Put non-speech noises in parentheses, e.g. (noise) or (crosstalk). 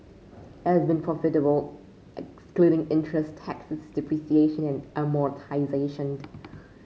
(unintelligible) been profitable excluding interest taxes depreciation and amortisation